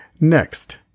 Next